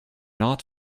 not